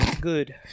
Good